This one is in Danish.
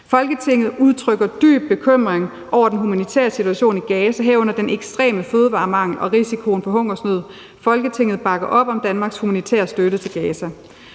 Folketinget udtrykker dyb bekymring over den humanitære situation i Gaza, herunder den ekstreme fødevaremangel og risikoen for hungersnød. Folketinget bakker op om Danmarks humanitære støtte til Gaza.